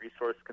resource